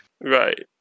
right